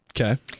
Okay